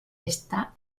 está